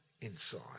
inside